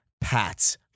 Pats